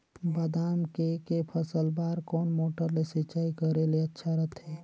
बादाम के के फसल बार कोन मोटर ले सिंचाई करे ले अच्छा रथे?